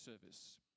service